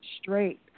straight